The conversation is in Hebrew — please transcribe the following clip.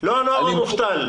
לא הנוער המובטל.